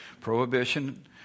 Prohibition